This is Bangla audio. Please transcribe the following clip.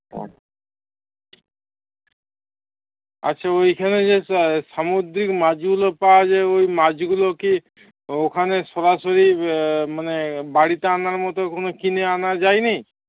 ও আচ্ছা ওইখানে যে সামুদ্রিক মাছগুলো পাওয়া যায় ওই মাছগুলো কি ওখানে সরাসরি মানে বাড়িতে আনার মতো কিনে আনা যায়না